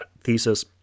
thesis